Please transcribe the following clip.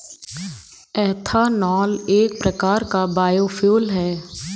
ethanol एक प्रकार का बायोफ्यूल है